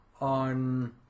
on